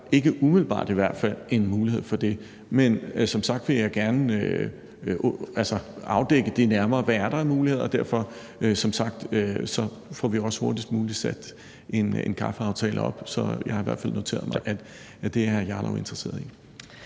ikke, umiddelbart i hvert fald, en mulighed for det. Men som sagt vil jeg gerne afdække nærmere, hvad der er af muligheder, og derfor, som sagt, får vi også hurtigst muligt sat en kaffeaftale op, og jeg har i hvert fald noteret mig, at det er hr. Rasmus Jarlov interesseret i.